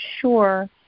sure